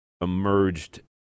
emerged